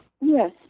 Yes